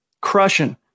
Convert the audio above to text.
crushing